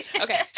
Okay